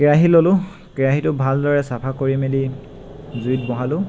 কেৰাহী ল'লোঁ কেৰাহীটো ভালদৰে চাফা কৰি মেলি জুইত বহালোঁ